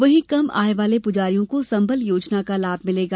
वहीं कम आय वाले पुजारियों को संबल योजना का लाभ मिलेगा